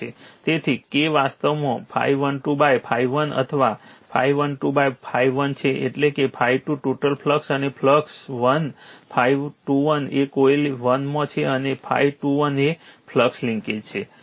તેથી K વાસ્તવમાં ∅12 ∅1 અથવા ∅12 ∅1 છે એટલે કે ∅2 ટોટલ ફ્લક્સ અને ફ્લક્સ 1 ∅21 એ કોઇલ 1 માં છે અને ∅21 એ ફ્લક્સ લિંકેજ છે